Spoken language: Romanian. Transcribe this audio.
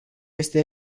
este